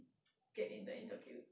get in the interview